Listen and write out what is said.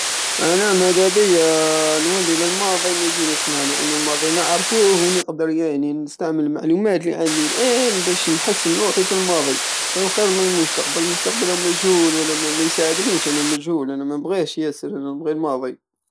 انا مادابية نولي للماضي ميتين سنى لأنو الماضي نعرفوه ونقدر يعني نستعمل المعلومات الي عندي الان بش نحسن روحي في الماضي راه خيرمن المستقبل المستقبل راه مجهول وانا ميساعدنيش المجهول انا منبغيهش ياسر انا نبغي الماضي